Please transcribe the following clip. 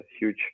huge